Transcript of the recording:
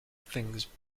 things